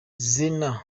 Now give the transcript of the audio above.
zena